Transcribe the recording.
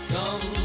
Come